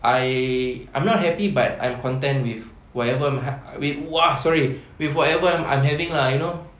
I I'm not happy but I'm content with whatever with !wah! sorry with whatever I'm having lah you know